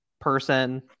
person